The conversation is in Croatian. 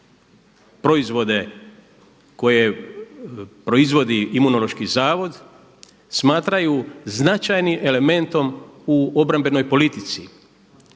proizvode koje proizvodi Imunološki zavod smatraju značajnim elementom u obrambenoj politici,